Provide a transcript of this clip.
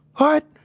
hut!